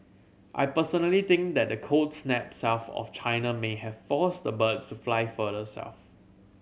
I personally think that the cold snap south of China may have forced the birds fly further south